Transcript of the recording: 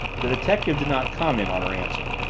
the detective did not comment on her answer.